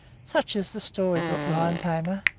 such is the story-book lion-tamer,